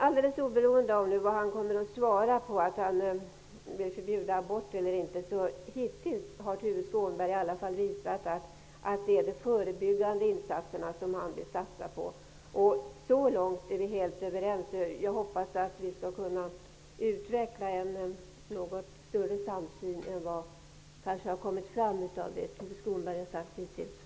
Alldeles oberoende av Tuve Skånbergs svar på frågan om han vill förbjuda abort eller inte måste jag säga att Tuve Skånberg hittills i alla fall har visat att han vill satsa på de förebyggande insatserna. Så långt är vi helt överens. Jag hoppas att vi skall kunna utveckla en något större samsyn än som kanske kommit fram här -- åtminstone att döma av vad Tuve Skånberg hittills har sagt.